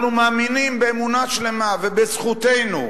אנחנו מאמינים באמונה שלמה בזכותנו,